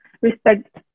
respect